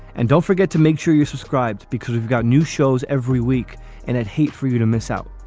and don't forget to make sure you subscribed because we've got new shows every week and at hate for you to miss out.